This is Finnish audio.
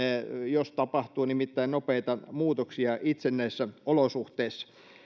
jos nimittäin tapahtuu nopeita muutoksia itse näissä